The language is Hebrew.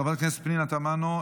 חברת הכנסת פנינה תמנו,